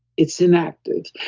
it's inactive.